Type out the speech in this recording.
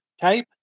type